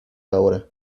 ahora